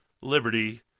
liberty